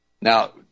Now